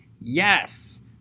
Yes